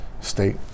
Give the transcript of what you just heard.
state